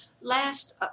last